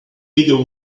bigger